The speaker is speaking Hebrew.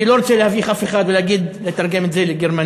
אני לא רוצה להביך אף אחד ולהגיד לתרגם את זה לגרמנית.